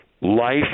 life